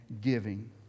giving